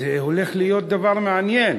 זה הולך להיות דבר מעניין: